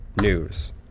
News